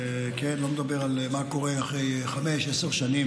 אני לא מדבר על מה קורה אחרי 15 שנים,